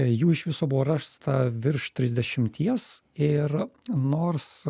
jų iš viso buvo rasta virš trisdešimties ir nors